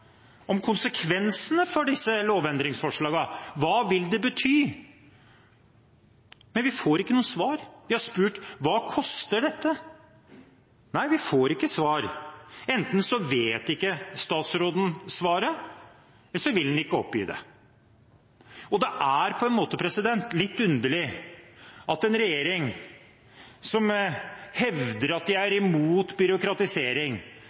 om konsekvensene av disse lovendringsforslagene – hva vil de bety? Men vi får ikke noe svar. Vi har spurt: Hva koster dette? Vi får ikke svar. Enten vet ikke statsråden svaret, eller så vil han ikke oppgi det. Det er på en måte litt underlig at en regjering som hevder at de er imot byråkratisering,